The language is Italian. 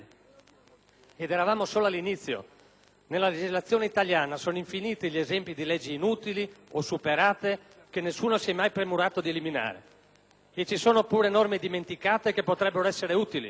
Ed eravamo solo all'inizio. Nella legislazione italiana sono infiniti gli esempi di leggi inutili o superate, che nessuno si è mai premurato di eliminare e ci sono pure norme dimenticate che potrebbero essere utili.